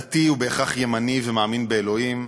הדתי הוא בהכרח ימני ומאמין באלוהים,